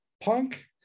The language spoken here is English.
Punk